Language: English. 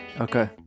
Okay